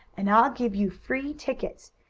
and i'll give you free tickets.